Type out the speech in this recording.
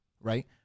right